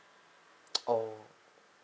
oh